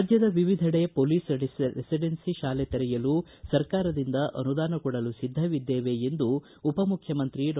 ರಾಜ್ಞದ ವಿವಿಧೆಡೆ police residency ತಾಲೆ ತೆರೆಯಲು ಸರಕಾರದಿಂದ ಅನುದಾನ ಕೊಡಲು ಸಿದ್ದವಿದ್ದೇವೆ ಎಂದು ಉಪಮುಖ್ಯಮಂತ್ರಿ ಡಾ